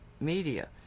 media